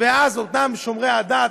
ואז אותם שומרי הדת,